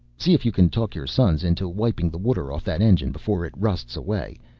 see if you can talk your sons into wiping the water off that engine before it rusts away,